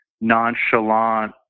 nonchalant